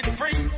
free